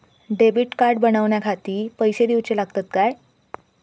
Debit card बनवण्याखाती पैसे दिऊचे लागतात काय?